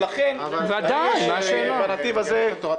לכן האלטרנטיבה היא זאת.